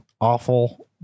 awful